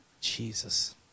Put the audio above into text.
Jesus